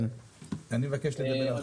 אני מבקש לדבר.